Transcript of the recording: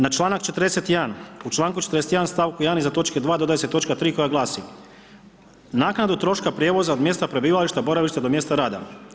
Na članak 41., u članku 41., stavku 1. iza točke 2. dodaje se točka 3. koja glasi: Naknadu troška prijevoza od mjesta prebivališta, boravišta do mjesta rada.